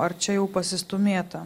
ar čia jau pasistūmėta